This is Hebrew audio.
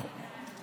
נכון.